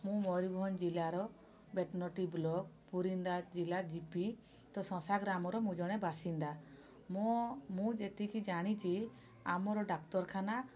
ମୁଁ ମୟୂରଭଞ୍ଜ ବେତନଟି ବ୍ଲକ୍ ପୁରିନ୍ଦା ଜିଲ୍ଲା ଜି ପି ତ ସଂସା ଗ୍ରାମର ମୁଁ ଜଣେ ବାସିନ୍ଦା ମୋ ମୁଁ ଯେତିକି ଜାଣିଛି ଆମର ଡ଼ାକ୍ତରଖାନା